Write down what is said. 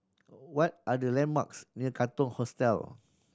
what are the landmarks near Katong Hostel